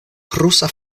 rusa